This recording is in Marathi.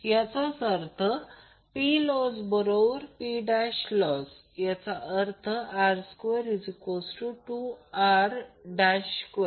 याचाच अर्थ Plossबरोबर Ploss याचा अर्थ r22r2